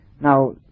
now